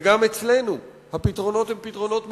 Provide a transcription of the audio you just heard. וגם אצלנו הפתרונות הם פתרונות מקומיים: